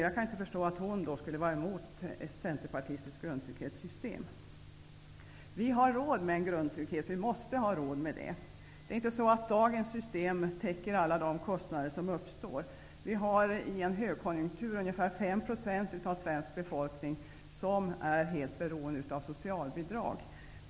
Jag kan inte förstå att hon då skulle vara emot ett centerpartistiskt grundtrygghetssystem. Vi har råd med en grundtrygghet. Vi måste ha råd med det. Dagens system täcker inte alla de kostnader som uppstår. I en högkonjunktur är ungefär 5 % av den svenska befolkningen helt beroende av socialbidrag.